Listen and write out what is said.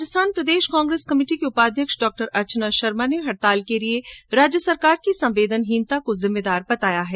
राजस्थान प्रदेश कांग्रेस कमेटी के उपाध्याक्ष डॉ अर्चना शर्मा ने हड़ताल के लिए राज्य सरकार की संवेदनहीनता को जिम्मेदार बताया है